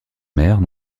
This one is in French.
mère